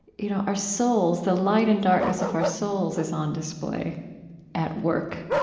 you know our souls, the light and darkness of our souls is on display at work.